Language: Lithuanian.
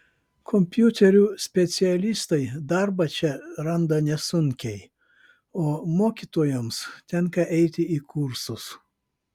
kompiuterių specialistai darbą čia randa nesunkiai o mokytojoms tenka eiti į kursus